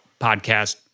podcast